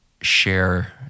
share